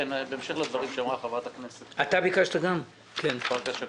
בהמשך לדברים שאמרה חברת הכנסת פרקש הכהן,